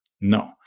No